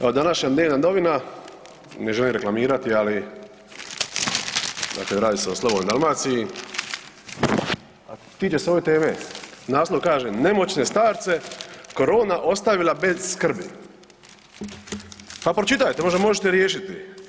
Evo današnja dnevna novina, ne želim reklamirati, ali radi se o Slobodnoj Dalmaciji tiče se ove teme, naslov kaže „Nemoćne starce korona ostavila bez skrbi“, pa pročitajte možda možete riješiti.